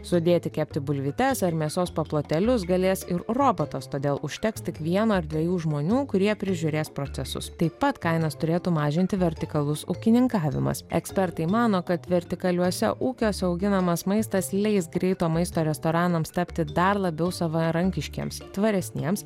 sudėti kepti bulvytes ar mėsos paplotėlius galės ir robotas todėl užteks tik vieno ar dviejų žmonių kurie prižiūrės procesus taip pat kainas turėtų mažinti vertikalus ūkininkavimas ekspertai mano kad vertikaliuose ūkiuose auginamas maistas leis greito maisto restoranams tapti dar labiau savarankiškiems tvaresniems